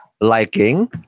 liking